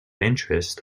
interest